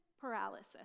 paralysis